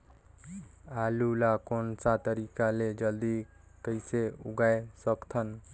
आलू ला कोन सा तरीका ले जल्दी कइसे उगाय सकथन?